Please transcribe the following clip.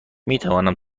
میتوانم